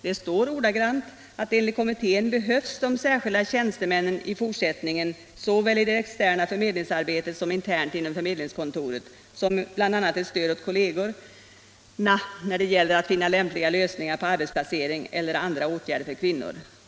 Där står ordagrant: ”Enligt kommittén behövs därför de särskilda tjänstemännen även i fortsättningen såväl i det externa förmedlingsarbetet som internt inom förmedlingskontoret som bl.a. ett stöd åt kollegerna när det gäller att finna lämpliga lösningar på arbetsplacering eller andra åtgärder för kvinnorna.